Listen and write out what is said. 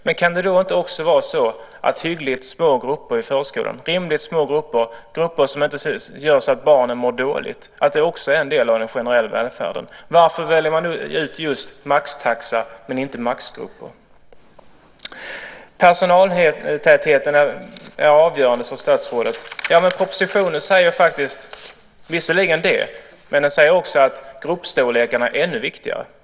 Men kan det då inte också vara så att hyggligt små grupper i förskolan, rimligt små grupper som gör så att barnen inte mår dåligt, också är en del av den generella välfärden? Varför väljer man ut just maxtaxa men inte maxgrupper? Personaltätheten är avgörande, sade statsrådet. I propositionen säger man visserligen det. Men man säger också att gruppstorlekarna är ännu viktigare.